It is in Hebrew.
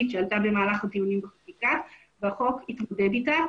שעלתה במהלך הדיונים בחקיקה והחוק התמודד אתה.